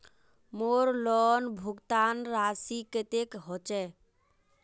मोर लोन भुगतान राशि कतेक होचए?